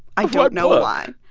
i don't know ah why